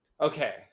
okay